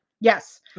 Yes